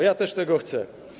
Ja też tego chcę.